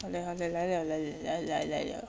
好 liao 好 liao 来 liao 来来来 liao